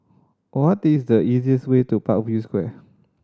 what is the easiest way to Parkview Square